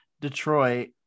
Detroit